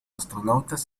astronautas